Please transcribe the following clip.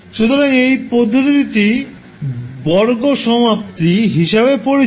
সুতরাং এই পদ্ধতিটি বর্গ সমাপ্তি হিসাবে পরিচিত